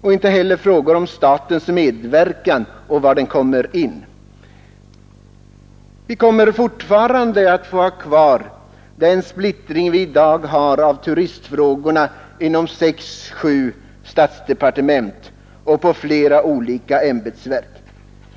och inte heller frågorna om statens medverkan och var den kommer in. Vi kommer fortfarande att ha kvar den splittring vi i dag har av turistfrågorna inom sex sju statsdepartement och på flera olika ämbetsverk.